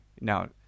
Now